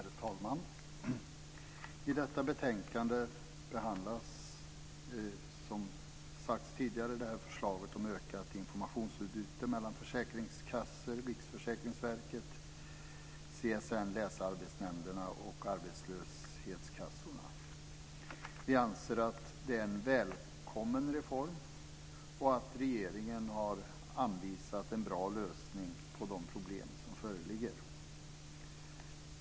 Herr talman! I detta betänkande behandlas som tidigare sagts förslaget om ökat informationsutbyte mellan försäkringskassor, Riksförsäkringsverket, CSN, länsarbetsnämnderna och arbetslöshetskassorna. Vi anser att det är en välkommen reform och att regeringen har anvisat en bra lösning på de problem som föreligger.